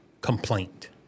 complaint